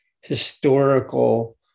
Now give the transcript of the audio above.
historical